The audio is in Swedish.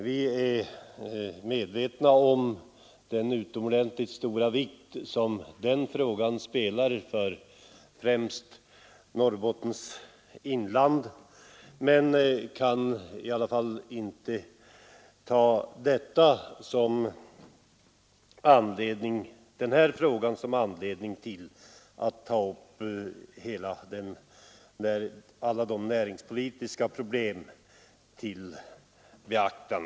Vi är medvetna om den utomordentligt stora vikt som näringspolitik har för främst Norrbottens inland men har inte kunnat ta det som en anledning att ta upp alla de näringspolitiska problemen till behandling.